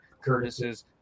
Curtis's